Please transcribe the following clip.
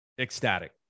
ecstatic